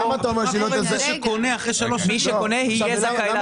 מי שקונה יהיה זכאי להטבות.